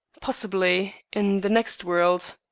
possibly in the next world.